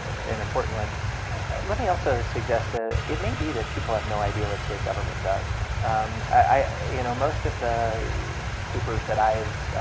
an important one let me also suggest that it may be that people have no idea what state government does i you know most of the papers that i've